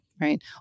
right